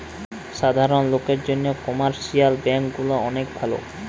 সাধারণ লোকের জন্যে কমার্শিয়াল ব্যাঙ্ক গুলা অনেক ভালো